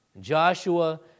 Joshua